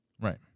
Right